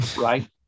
right